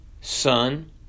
son